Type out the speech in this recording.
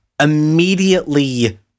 immediately